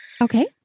Okay